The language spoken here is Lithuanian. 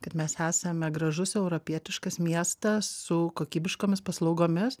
kad mes esame gražus europietiškas miestas su kokybiškomis paslaugomis